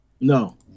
No